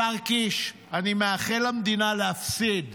השר קיש, אני מאחל למדינה להפסיד.